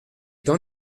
temps